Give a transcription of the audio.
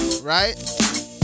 Right